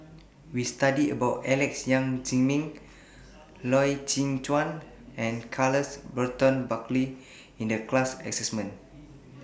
We studied about Alex Yam Ziming Loy Chye Chuan and Charles Burton Buckley in The class assignment